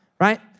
right